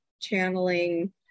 channeling